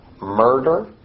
murder